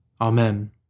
Amen